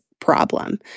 problem